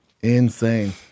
Insane